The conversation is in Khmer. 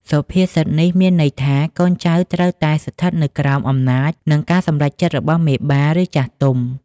សុភាសិតនេះមានន័យថា កូនចៅត្រូវតែស្ថិតនៅក្រោមអំណាច និងការសម្រេចរបស់មេបា ឬចាស់ទុំ។